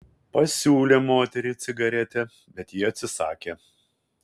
pasiūlė moteriai cigaretę bet ji atsisakė